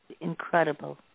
incredible